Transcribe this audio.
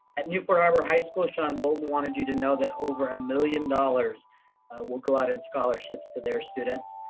at newport harbor high school, sean boulton wanted you to know that over a million dollars will go out in scholarships to their students.